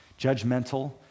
judgmental